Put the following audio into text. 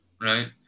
right